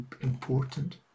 important